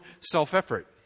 self-effort